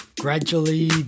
gradually